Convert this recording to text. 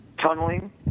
tunneling